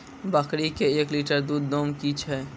बकरी के एक लिटर दूध दाम कि छ?